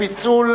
לפיצול